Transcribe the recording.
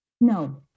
No